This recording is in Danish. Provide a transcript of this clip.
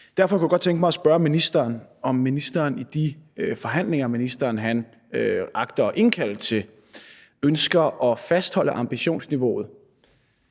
Derfor kunne jeg godt tænke mig at spørge ministeren, om ministeren i de forhandlinger, ministeren agter at indkalde til, ønsker at fastholde ambitionsniveauet